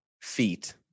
feet